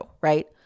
right